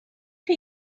chi